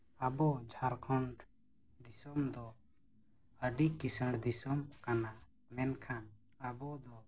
ᱟᱵᱚ ᱡᱷᱟᱲᱠᱷᱚᱸᱰ ᱫᱤᱥᱚᱢ ᱫᱚ ᱟᱹᱰᱤ ᱠᱤᱥᱟᱹᱲ ᱫᱤᱥᱚᱢ ᱠᱟᱱᱟ ᱢᱮᱱᱠᱷᱟᱱ ᱟᱵᱚ ᱫᱚ